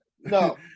No